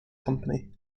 company